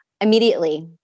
immediately